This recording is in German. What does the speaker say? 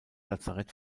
lazarett